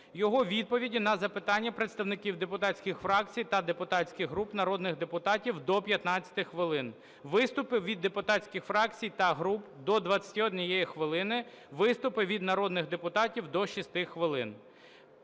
Його відповіді на запитання представників депутатських фракцій та депутатських груп, народних депутатів – до 15 хвилин. Виступи від депутатських фракцій та груп – до 21 хвилини. Виступи від народних депутатів – до 6 хвилин.